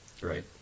Right